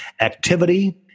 Activity